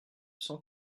cent